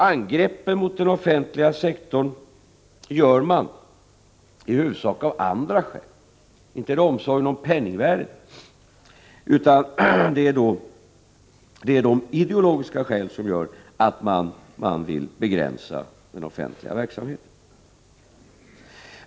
Angreppen mot den offentliga sektorn gör man i huvudsak av andra skäl. Inte är det av omsorg om penningvärdet utan av ideologiska skäl som man vill begränsa den offentliga verksamheten.